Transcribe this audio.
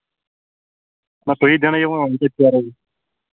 نہَ حظ تُہی دیٚاونٲوِو وۅنۍ